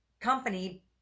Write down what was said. company